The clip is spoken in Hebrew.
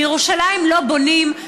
בירושלים לא בונים.